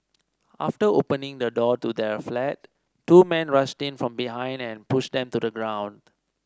after opening the door to their flat two men rushed in from behind and pushed them to the ground